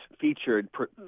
featured